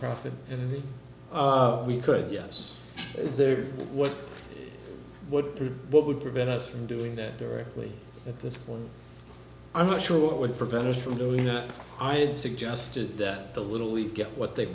profit in that we could yes is there what would what would prevent us from doing that directly at this point i'm not sure what would prevent us from doing that i had suggested that the little league get what they